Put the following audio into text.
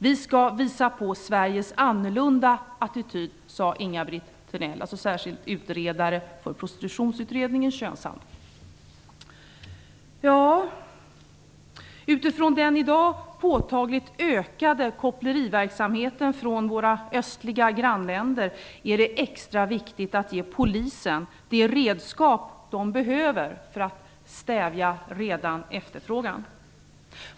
Vi skall visa på Sveriges annorlunda attityd. Utifrån den i dag påtagligt ökade koppleriverksamheten från våra östliga grannländer är det extra viktigt att ge Polisen de redskap som de behöver för att stävja befintlig efterfrågan.